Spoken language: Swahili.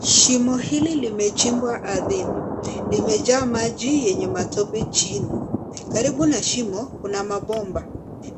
Shimo hili lime chimbwa ardhini, limejaa maji yenye matope chini karibu na shimo kuna mabomba